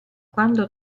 quando